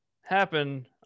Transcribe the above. happen